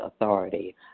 authority